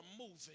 moving